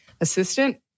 assistant